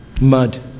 mud